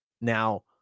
Now